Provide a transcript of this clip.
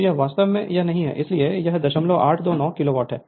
तो यह वास्तव में यह नहीं है इसलिए यह 0829 किलोवाट है